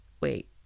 wait